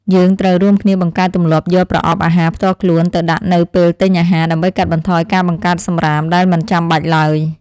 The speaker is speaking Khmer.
យើងត្រូវរួមគ្នាបង្កើតទម្លាប់យកប្រអប់អាហារផ្ទាល់ខ្លួនទៅដាក់នៅពេលទិញអាហារ ដើម្បីកាត់បន្ថយការបង្កើតសំរាមដែលមិនចាំបាច់ឡើយ។